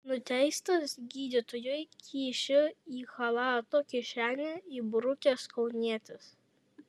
nuteistas gydytojui kyšį į chalato kišenę įbrukęs kaunietis